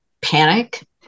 panic